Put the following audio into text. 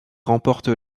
remporte